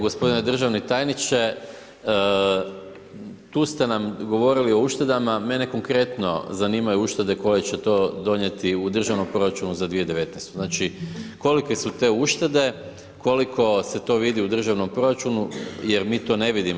Gospodine državni tajniče, tu ste nam govorili o uštedama, mene konkretno zanimaju uštede koje će to donijeti u državnom proračunu za 2019.-tu, znači, kolike su te uštede, koliko se to vidi u državnom proračunu jer mi to ne vidimo.